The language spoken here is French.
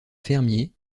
fermier